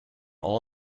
all